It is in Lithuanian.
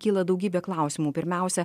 kyla daugybė klausimų pirmiausia